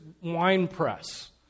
winepress